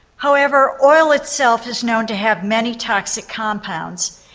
however, oil itself is known to have many toxic compounds,